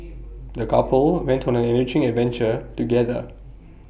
the couple went on an enriching adventure together